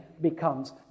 becomes